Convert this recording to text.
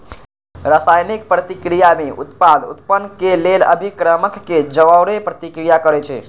रसायनिक प्रतिक्रिया में उत्पाद उत्पन्न केलेल अभिक्रमक के जओरे प्रतिक्रिया करै छै